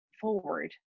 forward